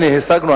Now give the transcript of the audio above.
הנה השגנו,